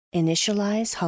initialize